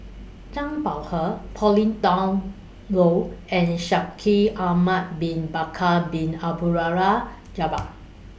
Zhang Bohe Pauline Dawn Loh and Shaikh Ahmad Bin Bakar Bin Jabbar